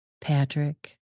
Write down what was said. Patrick